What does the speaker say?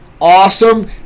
awesome